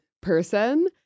person